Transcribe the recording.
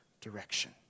direction